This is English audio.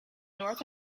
north